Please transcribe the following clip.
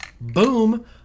boom